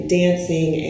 dancing